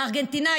הארגנטינאית.